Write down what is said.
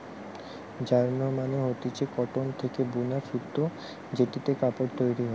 yarn মানে হতিছে cotton থেকে বুনা সুতো জেটিতে কাপড় তৈরী হয়